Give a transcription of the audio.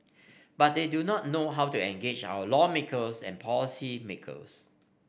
but they do not know how to engage our lawmakers and policymakers